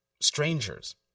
strangers